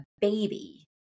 baby